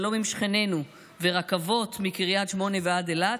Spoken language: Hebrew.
שלום עם שכנינו ורכבות מקריית שמונה ועד אילת,